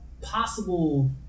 possible